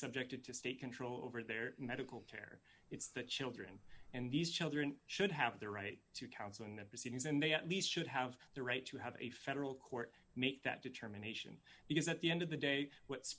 subjected to state control over their medical care it's the children and these children should have the right to counsel in the proceedings and they at least should have the right to have a federal court make that determination because at the end of the day what